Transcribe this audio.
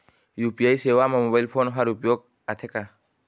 UPI सेवा म mobile phone हर उपयोग आथे का?